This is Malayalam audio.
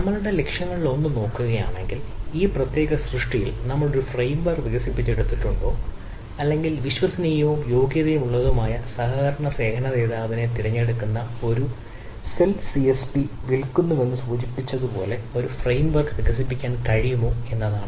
നമ്മളുടെ ലക്ഷ്യങ്ങളിലൊന്ന് നോക്കുകയാണെങ്കിൽ ഈ പ്രത്യേക സൃഷ്ടിയിൽ നമ്മൾ ഒരു ഫ്രെയിംവർക് വിൽക്കുന്നുവെന്ന് സൂചിപ്പിച്ചതുപോലെ ഒരു ഫ്രെയിംവർക് വികസിപ്പിക്കാൻ കഴിയുമോ എന്നതാണ്